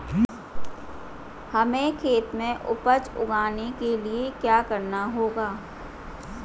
हमें खेत में उपज उगाने के लिये क्या करना होगा?